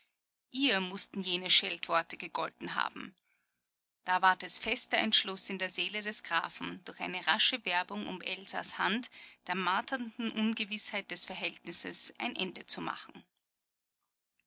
ihr mußten jene scheltworte gegolten haben da ward es fester entschluß in der seele des grafen durch eine rasche werbung um elgas hand der marternden ungewißheit des verhältnisses ein ende zu machen